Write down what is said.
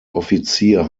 offizier